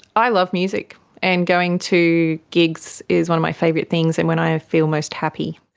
i love music and going to gigs is one of my favourite things and when i feel most happy.